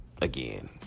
Again